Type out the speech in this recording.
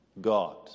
God